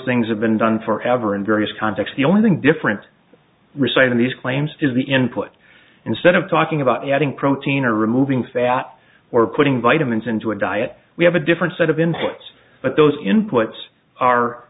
things have been done forever in various contexts the only thing different reciting these claims is the input instead of talking about adding protein or removing fat or putting vitamins into a diet we have a different set of inputs but those inputs are